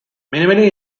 minimally